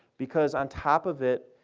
because on top of it,